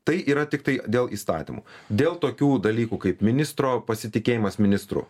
tai yra tiktai dėl įstatymų dėl tokių dalykų kaip ministro pasitikėjimas ministru